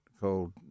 called